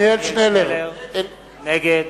שנלר, נגד